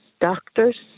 doctors